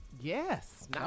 Yes